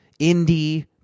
indie